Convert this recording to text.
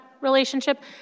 relationship